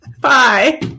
Bye